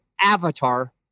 avatar